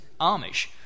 Amish